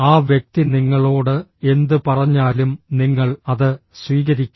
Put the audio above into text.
ആ വ്യക്തി നിങ്ങളോട് എന്ത് പറഞ്ഞാലും നിങ്ങൾ അത് സ്വീകരിക്കും